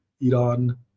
Iran